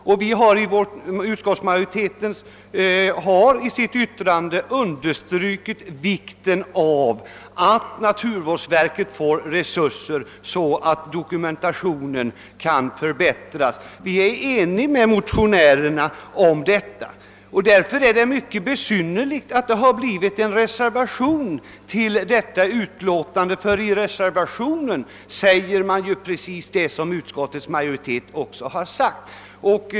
Utskottsmajoriteten har i sitt utlåtande understrukit vikten av att det får resurser, så att dokumentationen kan förbättras. Vi är eniga med motionärerna om detta. Därför är det mycket besynnerligt att det har fogats en reservation till detta utlåtande, ty reservanterna säger detsamma som utskottsmajoriteten.